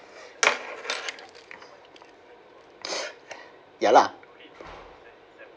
ya lah